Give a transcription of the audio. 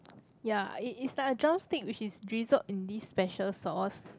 ya it is like a drumstick which is drizzled in this special sauce